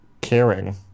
caring